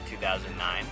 2009